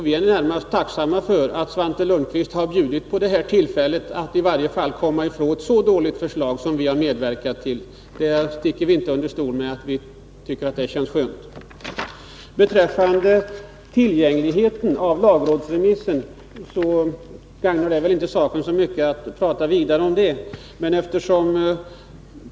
Vi är närmast tacksamma för att Svante Lundkvist gett oss detta tillfälle att komma ifrån ett så dåligt förslag som det vi har medverkat till. Vi sticker inte under stol med att vi tycker att det känns skönt. När det gäller tillgängligheten till lagrådsremissen gagnar det inte saken så mycket att tala vidare om det.